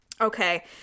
Okay